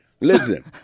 Listen